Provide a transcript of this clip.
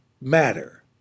matter